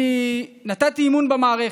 נתתי אמון במערכת,